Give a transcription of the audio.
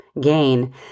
gain